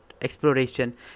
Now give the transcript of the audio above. exploration